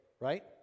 right